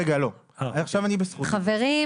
חבר הכנסת יוראי להב -- לא.